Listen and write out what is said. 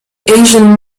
asian